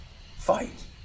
Fight